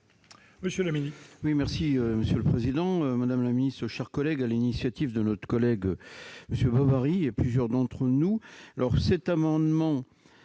monsieur le président